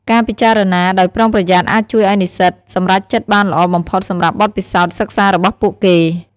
ការពិចារណាដោយប្រុងប្រយ័ត្នអាចជួយឱ្យនិស្សិតសម្រេចចិត្តបានល្អបំផុតសម្រាប់បទពិសោធន៍សិក្សារបស់ពួកគេ។